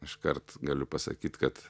iškart galiu pasakyt kad